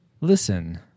Listen